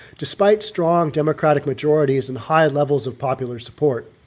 despite strong democratic majorities and high levels of popular support,